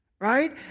right